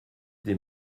des